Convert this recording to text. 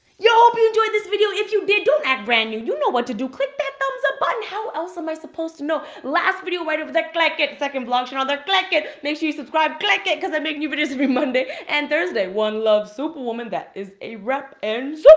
yo, hope you enjoyed this video. if you did, don't act brand-new. you know what to do. click that thumbs-up button. how else am i supposed to know? last video right over there. click it. second blog shown on there, click it. make sure you subscribe, click it, because i make new but videos every monday and thursday. one love iisuperwomanii. that is a wrap, and so